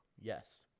Yes